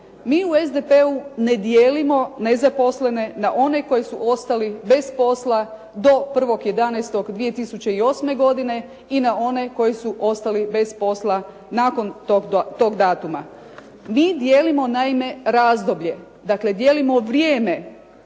Mi u SDP-u ne dijelimo nezaposlene na one koji su ostali bez posla do 1.11.2008. i na one koji su ostali bez posla nakon tog datuma. Mi dijelimo naime razdoblje, dakle dijelimo vrijeme,